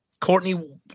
courtney